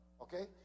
okay